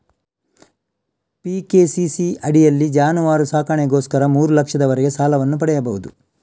PKCC ಅಡಿಯಲ್ಲಿ ಜಾನುವಾರು ಸಾಕಣೆಗೋಸ್ಕರ ಮೂರು ಲಕ್ಷದವರೆಗೆ ಸಾಲವನ್ನು ಪಡೆಯಬಹುದು